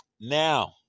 Now